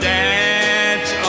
dance